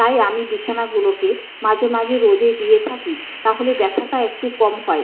তাই আমি বিছানাগুলোকে মাঝে মাঝে রোদে দিয়ে থাকি তাহলে ব্যথাটা একটু কম হয়